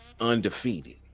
undefeated